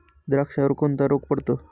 द्राक्षावर कोणता रोग पडतो?